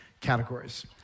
categories